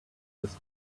this